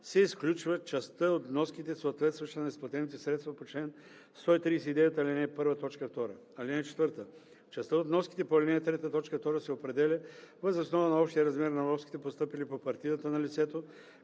се изключва частта от вноските, съответстваща на изплатените средства по чл. 139, ал. 1, т. 2. (4) Частта от вноските по ал. 3, т. 2 се определя въз основа на общия размер на вноските, постъпили по партидата на лицето